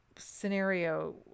scenario